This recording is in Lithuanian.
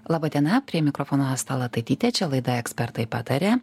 laba diena prie mikrofono asta lataitytė čia laida ekspertai pataria